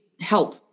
help